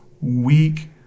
weak